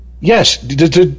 yes